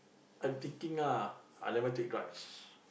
I'm thinking ah I never take drug